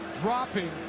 dropping